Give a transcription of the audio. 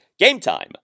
GameTime